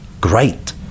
great